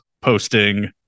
posting